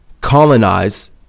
colonize